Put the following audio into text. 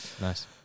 nice